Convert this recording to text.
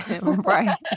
Right